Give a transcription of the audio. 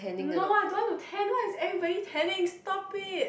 no I don't want to tan why is everybody tanning stop it